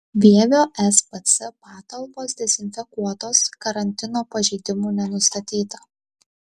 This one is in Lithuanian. vievio spc patalpos dezinfekuotos karantino pažeidimų nenustatyta